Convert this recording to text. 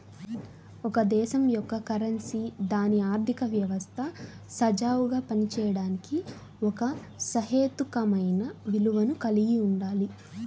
ఒక దేశం యొక్క కరెన్సీ దాని ఆర్థిక వ్యవస్థ సజావుగా పనిచేయడానికి ఒక సహేతుకమైన విలువను కలిగి ఉండాలి